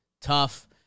Tough